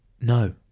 no